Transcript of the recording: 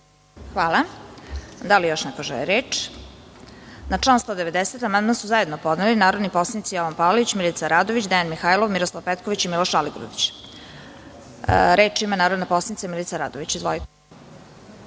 Hvala. Da li još neko želi reč? Na član 190. amandman su zajedno podneli narodni poslanici Jovan Palalić, Milica Radović, Dejan Mihajlov, Miroslav Petković i Miloš Aligrudić. Reč ima narodna poslanica Milica Radović.